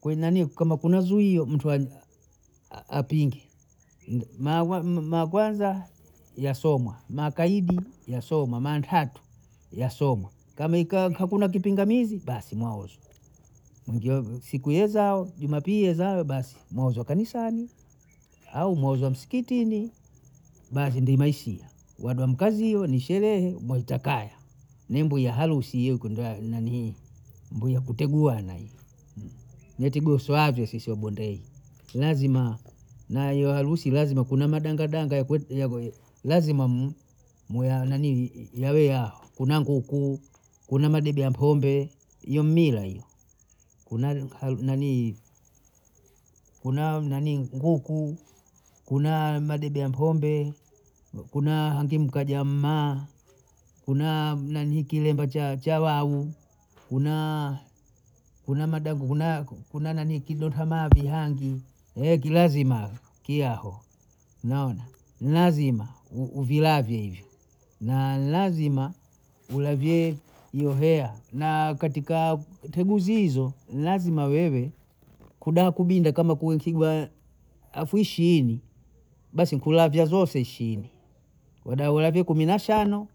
kwe nanii kwamba kuna zuio mtu ananii apinge, na maya kwanza yasomwa, maya kaidi yasomwa maya ntantu yasomwa, kama ikiwa hakuna kipingamizi basi mwaozwa, mwingie si- siku yezao jumapiyi yezao basi mwazo kanisani au mwazo msikitini basi ndo naishia, wado mkaziwe ni sherehe mwaita kaya, ni mbuya ya harusi hiye kwenda nanii mbuya kuteguana, ndye tugosoavyo sisi wabondei, kilazima na hiyo harusi lazima kuna madangadanga yak- yaku lazima m- mu ya nanii yawe yaha kuna nguku, kuna madebe ya mpombe, iyo ni mila iyo, kuna lika nanii kuna nanii nguku, kuna madebe ya mpombe, kuna hange mkaja mmaa, kuna nanii kilembe cha- cha wahu, kunaa kuna madangu kuna nanii kidota mavi hangi, eki lazima kiyaho unaona, ni lazima uvilave hivyo, na ni lazima ulavye mhea, na katika temu zizo kudaha kudinda kama kwei nkigwa afu ishini basi kulavya zose ishiini, wadau lavi kumi na shano,